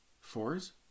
fours